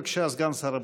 בבקשה, סגן שר הבריאות.